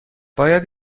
باید